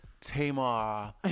tamar